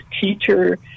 teacher